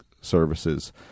services